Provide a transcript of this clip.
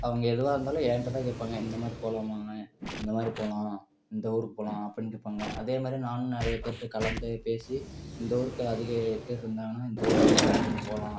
அவங்க எதுவாக இருந்தாலும் என்ட்ட தான் கேட்பாங்க இந்தமாதிரி போகலாமா இந்தமாதிரி போகலாம் இந்த ஊருக்கு போகலாம் அப்படின்னு கேட்பாங்க அதேமாதிரி நானும் நிறையப் பேர்கிட்ட கலந்து பேசி இந்த ஊருக்கு அதிக பேர் இருந்தாங்கன்னால் இந்த ஊருக்கே அதிகப்பேர் போகலாம்